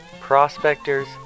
prospectors